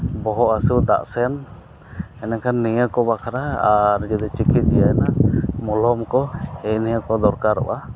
ᱵᱚᱦᱚᱜ ᱦᱟᱹᱥᱩ ᱫᱟᱜ ᱥᱮᱡ ᱤᱱᱟᱹ ᱠᱷᱟᱱ ᱱᱤᱭᱟᱹ ᱠᱚ ᱵᱟᱠᱷᱨᱟ ᱟᱨ ᱡᱩᱫᱤ ᱪᱤᱠᱤᱝ ᱦᱩᱭᱜᱼᱟ ᱮᱱᱠᱷᱟᱱ ᱢᱚᱞᱚᱢ ᱠᱚ ᱱᱤᱜ ᱱᱤᱭᱟᱹ ᱠᱚ ᱫᱚᱨᱠᱟᱨᱚᱜᱼᱟ